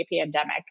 pandemic